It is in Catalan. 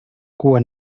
cua